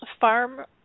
Farm